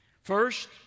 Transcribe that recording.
First